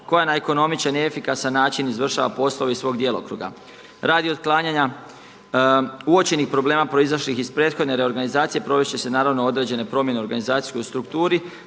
koja na ekonomičan i efikasan način izvršava poslove iz svog djelokruga. Radi otklanjanja uočenih problema proizašlih iz prethodne reorganizacije, provest će se naravno određene promjene u organizacijskoj strukturi,